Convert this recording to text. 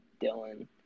Dylan